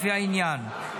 לפי העניין.